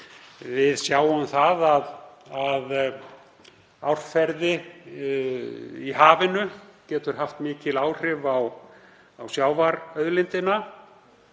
Við sjáum það að árferði í hafinu getur haft mikil áhrif á sjávarauðlindina.